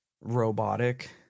robotic